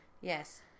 Yes